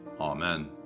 Amen